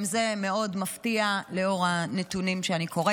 גם זה מאוד מפתיע, לאור הנתונים שאני קוראת.